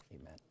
amen